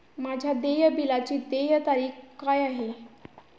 माझ्या देय बिलाची देय तारीख काय आहे?